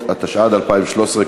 התשע"ד 2013,